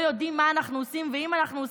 לא יודעים מה אנחנו עושים ואם אנחנו עושים.